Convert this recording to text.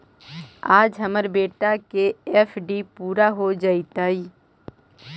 आज हमार बेटा के एफ.डी पूरा हो जयतई